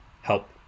help